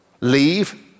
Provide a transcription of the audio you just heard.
Leave